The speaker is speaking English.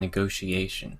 negotiation